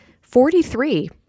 Forty-three